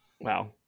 Wow